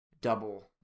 double